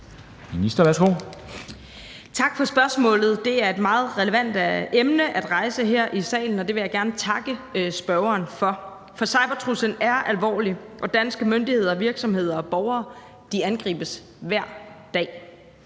(Trine Bramsen): Tak for spørgsmålet. Det er et meget relevant emne at rejse her i salen, og det vil jeg gerne takke spørgeren for. For cybertruslen er alvorlig, og danske myndigheder og virksomheder og borgere angribes hver dag.